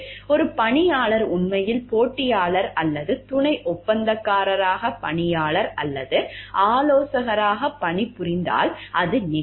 ஒரு பணியாளர் உண்மையில் போட்டியாளர் அல்லது துணை ஒப்பந்தக்காரருக்காக பணியாளர் அல்லது ஆலோசகராக பணிபுரிந்தால் அது நிகழலாம்